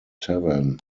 tavern